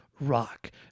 rock